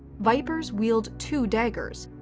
vipers wield two daggers,